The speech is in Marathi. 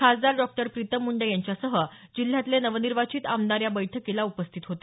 खासदार डॉक्टर प्रितम मुंडे यांच्यासह जिल्ह्यातले नवनिर्वाचित आमदार या बैठकीला उपस्थित होते